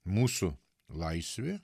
mūsų laisvė